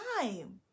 time